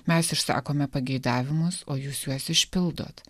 mes išsakome pageidavimus o jūs juos išpildot